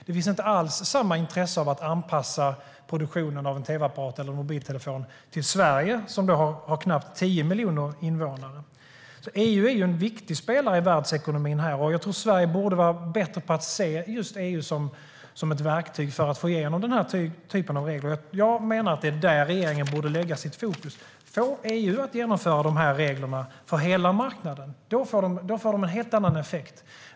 Det finns inte alls samma intresse för att anpassa produktionen av en tv-apparat eller mobiltelefon till Sverige, som har knappt 10 miljoner invånare. EU är en viktig spelare i världsekonomin. Sverige borde vara bättre på att se EU som ett verktyg för att få igenom den här typen av regler. Regeringen borde lägga sitt fokus på att få EU att genomföra de här reglerna för hela marknaden. Då får de en helt annan effekt.